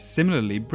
Similarly